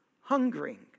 hungering